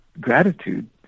Gratitude